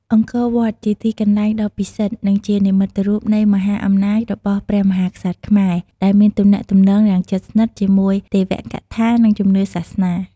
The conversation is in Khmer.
អង្គរវត្ត ជាទីកន្លែងដ៏ពិសិដ្ឋ និងជានិមិត្តរូបនៃមហាអំណាចរបស់ព្រះមហាក្សត្រខ្មែរ ដែលមានទំនាក់ទំនងយ៉ាងជិតស្និទ្ធជាមួយទេវកថា និងជំនឿសាសនា។